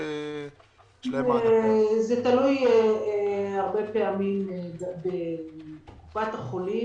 זה תלוי בקופת החולים,